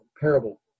parable